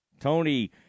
Tony